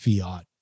fiat